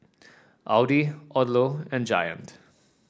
Audi Odlo and Giant